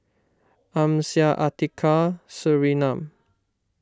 Amsyar Atiqah and Surinam